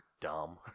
Dumb